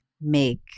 make